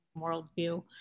worldview